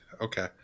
Okay